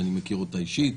שאני מכיר אותה אישית,